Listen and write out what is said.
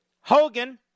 Hogan